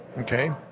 okay